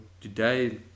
Today